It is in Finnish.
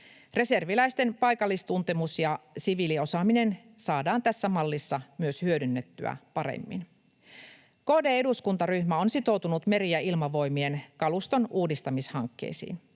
reserviläisten paikallistuntemus ja siviiliosaaminen saadaan tässä mallissa hyödynnettyä paremmin. KD-eduskuntaryhmä on sitoutunut Meri- ja Ilmavoimien kaluston uudistamishankkeisiin.